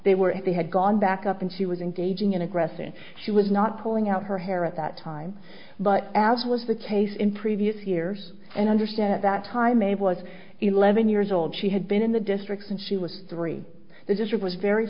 they were if they had gone back up and she was engaging in aggressive she was not pulling out her hair at that time but as was the case in previous years and understand at that time a was eleven years old she had been in the districts and she was three this is or was very